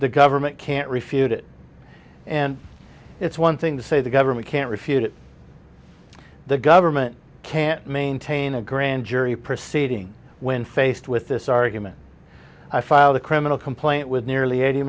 the government can't refute it and it's one thing to say the government can't refute it the government can't maintain a grand jury proceeding when faced with this argument i filed a criminal complaint with nearly eighty